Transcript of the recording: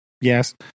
Yes